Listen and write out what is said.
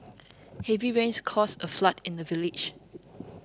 heavy rains caused a flood in the village